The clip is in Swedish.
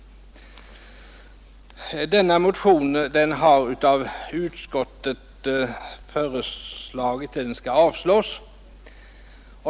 Denna motion har av utskottet avstyrkts.